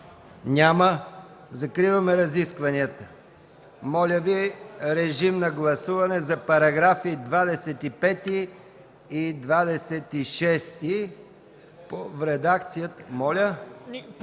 Няма. Закриваме разискванията. Моля Ви, режим на гласуване за параграфи 25 и 26 в редакцията на